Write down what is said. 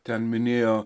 ten minėjo